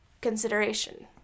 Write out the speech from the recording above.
consideration